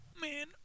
Man